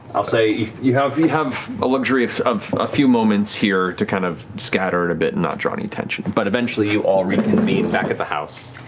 i'll say you have you have a luxury of of a few moments here to kind of scatter it a bit and not draw any attention, but eventually you all reconvene back at the house.